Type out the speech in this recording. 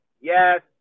yes